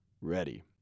ready